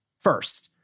First